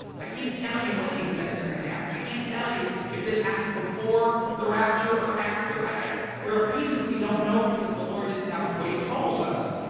i can't tell you when these events are going to happen. i can't tell you if this happens before the rapture or after i, there are pieces we don't know because the lord didn't tell us. what he told us